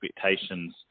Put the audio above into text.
expectations